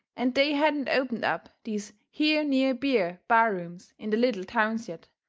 and they hadn't opened up these here near-beer bar-rooms in the little towns yet,